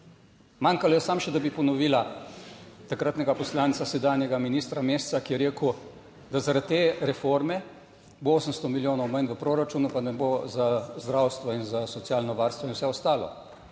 Manjkalo je samo še, da bi ponovila takratnega poslanca, sedanjega ministra Mesca, ki je rekel, da zaradi te reforme bo 800 milijonov manj v proračunu, pa ne bo za zdravstvo in za socialno varstvo in vse ostalo.